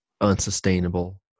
unsustainable